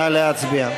נא להצביע.